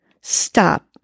Stop